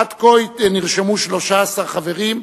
עד כה נרשמו 13 חברים.